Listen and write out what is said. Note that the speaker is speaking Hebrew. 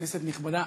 כנסת נכבדה,